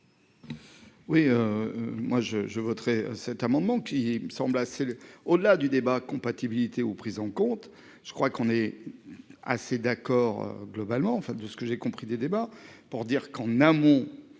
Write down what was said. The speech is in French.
Oui. Moi je je voterai cet amendement qui me semble assez au-delà du débat compatibilité aux prises en compte. Je crois qu'on est. Assez d'accord globalement enfin de ce que j'ai compris des débats pour dire qu'en amont.